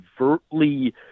overtly